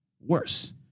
worse